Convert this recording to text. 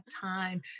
time